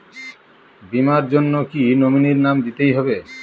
বীমার জন্য কি নমিনীর নাম দিতেই হবে?